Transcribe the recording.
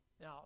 Now